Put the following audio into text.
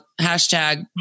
hashtag